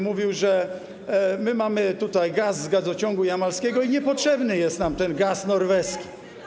Mówił, że mamy tutaj gaz z gazociągu jamalskiego i niepotrzebny jest nam ten gaz norweski.